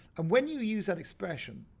and when you use that expression,